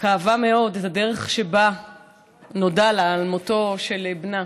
כאבה מאוד את הדרך שבה נודע לה על מותו של בנה